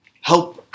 help